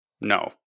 No